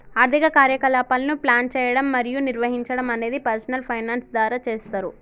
ఆర్థిక కార్యకలాపాలను ప్లాన్ చేయడం మరియు నిర్వహించడం అనేది పర్సనల్ ఫైనాన్స్ ద్వారా చేస్తరు